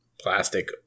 plastic